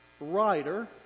writer